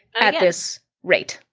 at this rate.